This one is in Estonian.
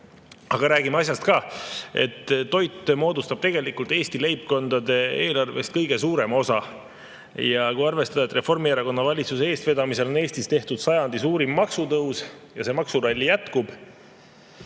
Aga räägime asjast ka. Toit moodustab Eesti leibkondade eelarvest kõige suurema osa. Kui arvestada, et Reformierakonna valitsuse eestvedamisel on Eestis tehtud sajandi suurim maksutõus ja maksuralli jätkub,